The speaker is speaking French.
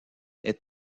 est